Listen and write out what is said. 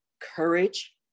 courage